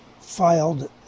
filed